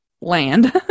land